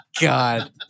God